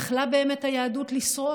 ורק בזכותו יכלה היהדות לשרוד,